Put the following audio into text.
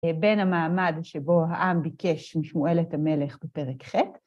בין המעמד שבו העם ביקש משמואל את המלך בפרק ח'.